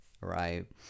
right